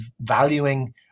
valuing